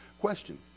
Question